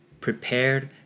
prepared